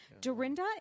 Dorinda